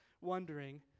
wondering